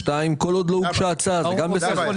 שתיים, כל עוד לא הוגשה הצעה זה גם בסדר.